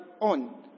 on